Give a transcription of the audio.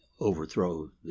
overthrow